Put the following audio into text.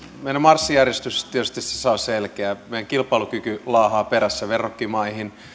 meidän marssijärjestyksemme tietysti tässä on selkeä meidän kilpailukykymme laahaa verrokkimaiden perässä